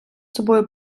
собою